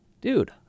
dude